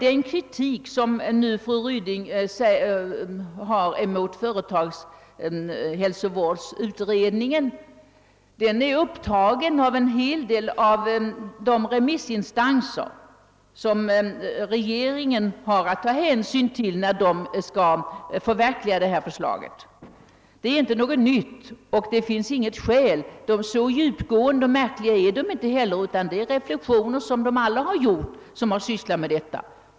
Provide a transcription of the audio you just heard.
Den kritik som fru Ryding riktar mot företagshälsovårdsutredningen har redan uppmärksammats av åtskilliga remissinstanser. Regeringen får således tillfälle att ta hänsyn till dessa synpunkter när den skall förverkliga utredningens förslag. Dessa synpunkter är inte nya. Så märkliga och djupgående är de inte heller, utan det är mera reflexioner som alla gjort, som har sysslat med dessa frågor.